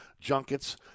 junkets